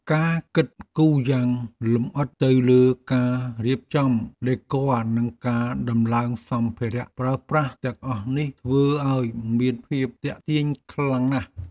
ការគិតគូរយ៉ាងលម្អិតទៅលើការរៀបចំដេគ័រនិងការដំឡើងសម្ភារៈប្រើប្រាស់ទាំងអស់នេះធ្វើឱ្យមានភាពទាក់ទាញខ្លាំងណាស់។